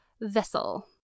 vessel